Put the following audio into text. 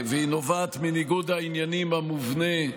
היא נובעת מניגוד העניינים המובנה,